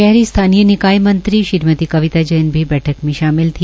शहरी स्थानीय निकाय मंत्री श्रीमती कविता जैन भी बैठक में शालि थी